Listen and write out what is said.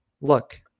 Look